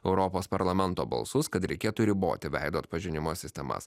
europos parlamento balsus kad reikėtų riboti veido atpažinimo sistemas